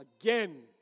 again